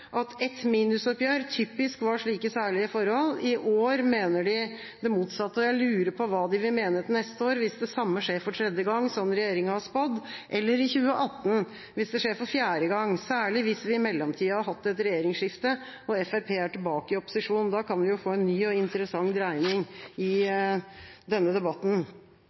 at ett minusoppgjør typisk var slike «særlige forhold», i år mener de det motsatte. Jeg lurer på hva de vil mene til neste år, hvis det samme skjer for tredje gang, slik regjeringa har spådd, eller i 2018, hvis det skjer for fjerde gang, særlig hvis vi i mellomtida har hatt et regjeringsskifte og Fremskrittspartiet er tilbake i opposisjon. Da kan vi jo få en ny og interessant dreining i denne debatten.